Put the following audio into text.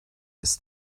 ist